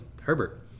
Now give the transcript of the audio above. Herbert